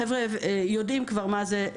והחבר'ה יודעים כבר מה זה.